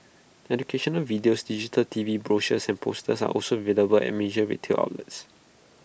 educational videos digital T V brochures and posters are also available at major retail outlets